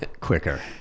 quicker